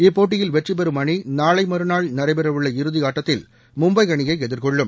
இப்போட்டியில் வெற்றி பெறும் அணி நாளை மறுநாள் நடைபெறவுள்ள இறுதி ஆட்டத்தில் மும்பை அணியை எதிர்கொள்ளும்